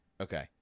Okay